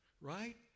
Right